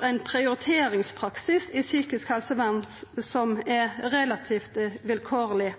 ein prioriteringspraksis i psykisk helsevern som er relativt vilkårleg,